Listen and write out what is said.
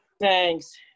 Thanks